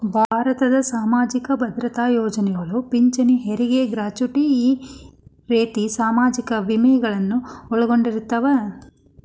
ಭಾರತದ್ ಸಾಮಾಜಿಕ ಭದ್ರತಾ ಯೋಜನೆಗಳು ಪಿಂಚಣಿ ಹೆರಗಿ ಗ್ರಾಚುಟಿ ಈ ರೇತಿ ಸಾಮಾಜಿಕ ವಿಮೆಗಳನ್ನು ಒಳಗೊಂಡಿರ್ತವ